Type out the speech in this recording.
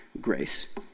grace